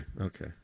okay